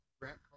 Grant